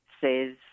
says